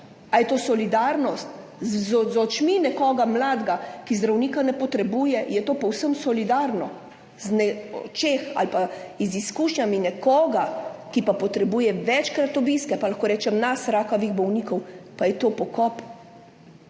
Ali je to solidarnost? Z očmi nekoga mladega, ki zdravnika ne potrebuje, je to povsem solidarno. V očeh ali pa z izkušnjami nekoga, ki pa večkrat potrebuje obiske, pa lahko rečem nas, rakavih bolnikov, pa je to pokop,